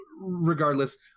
regardless